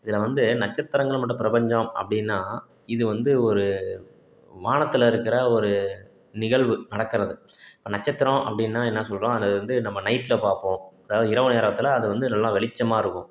இதில் வந்து நட்சத்திரங்கள் மற்றும் பிரபஞ்சம் அப்படின்னா இது வந்து ஒரு வானத்துல இருக்கிற ஒரு நிகழ்வு நடக்கிறது இப்போ நட்சத்திரம் அப்படின்னா என்ன சொல்கிறோம் அதை வந்து நம்ம நைட்டில் பார்ப்போம் அதாவது இரவு நேரத்தில் அது வந்து நல்லா வெளிச்சமாக இருக்கும்